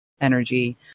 energy